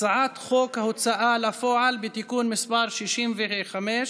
הצעת חוק ההוצאה לפועל (תיקון מס' 65),